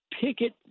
picket